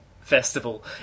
festival